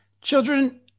Children